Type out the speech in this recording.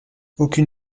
aucune